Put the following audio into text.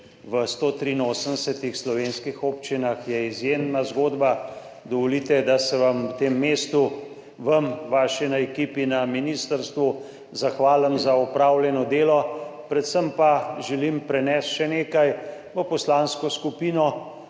v 183 slovenskih občinah je izjemna zgodba. Dovolite, da se vam na tem mestu, vam, vaši ekipi na ministrstvu zahvalim za opravljeno delo. Predvsem pa želim prenesti še nekaj, v poslansko skupino